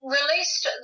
released